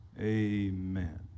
Amen